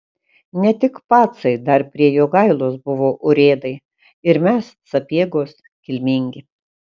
ne tik pacai dar prie jogailos buvo urėdai ir mes sapiegos kilmingi